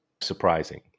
surprising